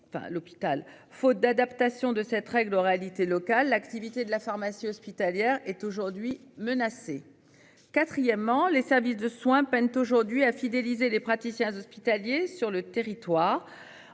faute d'adaptation de cette règle réalités locales. L'activité de la pharmacie hospitalière est aujourd'hui menacée. Quatrièmement, les services de soins peinent aujourd'hui à fidéliser les praticiens hospitaliers sur le territoire